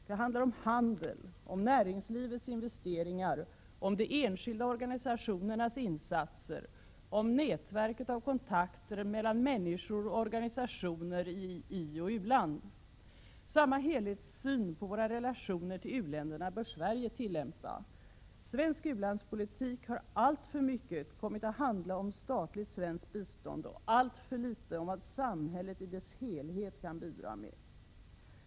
Det handlar om handel, om näringslivets investeringar, om de enskilda organisationernas insatser, om nätverket av kontakter mellan människor och organisationer i ioch u-länder. Samma helhetssyn på våra relationer till u-länderna bör Sverige tillämpa. Svensk u-landspolitik har alltför mycket kommit att handla om statligt svenskt bistånd och alltför litet om vad samhället i sin helhet kan bidra med.